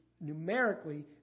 numerically